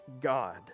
God